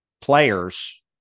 players